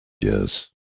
Yes